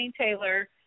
Taylor